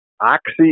oxy